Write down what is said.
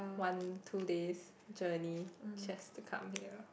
one two days journey just to come here